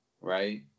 right